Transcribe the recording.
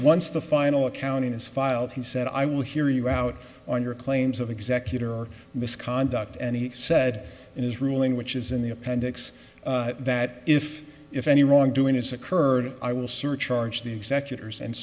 once the final accounting is filed he said i will hear you out on your claims of executor or misconduct and he said in his ruling which is in the appendix that if if any wrongdoing has occurred i will surcharge the executors and